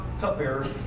cupbearer